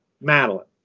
Madeline